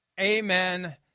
Amen